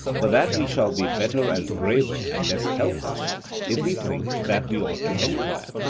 but that we shall be better and braver and less helpless if we think that we ought to enquire,